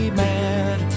mad